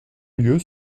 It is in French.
lieu